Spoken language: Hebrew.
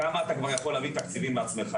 כמה אתה כבר יכול להביא תקציבים בעצמך?